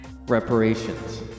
reparations